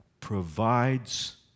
provides